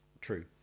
True